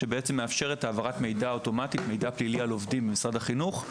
שבעצם מאפשרת העברה אוטומטית של מידע פלילי על עובדים במשרד החינוך,